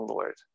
Lord